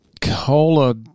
Cola